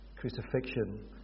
crucifixion